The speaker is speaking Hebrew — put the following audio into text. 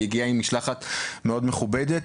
היא הגיעה עם משלחת מאוד מכובדת,